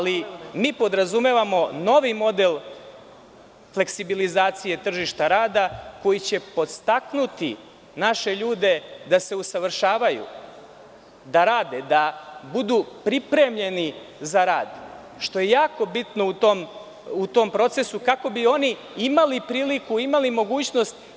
Mi podrazumevamo novi model fleksibilizacije tržišta rada koji će podstaknuti naše ljude da se usavršavaju, da rade, da budu pripremljeni za rad što je jako bitno u tom procesu, kako bi oni imali priliku, imali mogućnost.